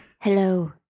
Hello